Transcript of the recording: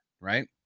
right